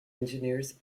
engineers